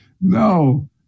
No